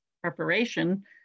preparation